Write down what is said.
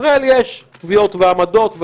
לישראל יש קביעות ועמדות,